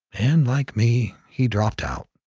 and like me, he dropped out.